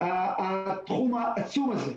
התחום העצום הזה,